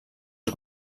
els